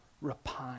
repine